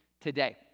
today